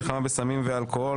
מלחמה בסמים ואלכוהול,